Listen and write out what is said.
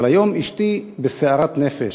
אבל היום אשתי בסערת נפש,